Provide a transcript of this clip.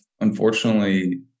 unfortunately